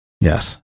Yes